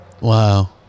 Wow